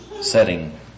setting